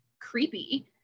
creepy